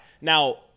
Now